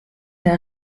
der